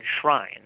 shrine